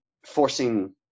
forcing